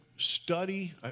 study